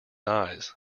eyes